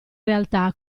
realtà